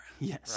yes